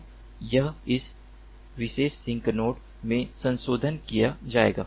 तो यह इस विशेष सिंक नोड में संशोधित किया जाएगा